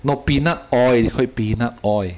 no peanut oil h~ peanut oil